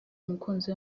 umukunzi